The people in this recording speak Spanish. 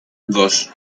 dos